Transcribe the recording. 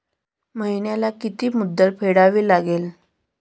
महिन्याला किती मुद्दल फेडावी लागेल?